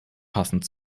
passend